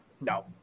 No